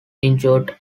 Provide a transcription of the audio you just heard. injured